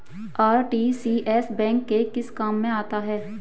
RTGS bank के किस काम में आता है?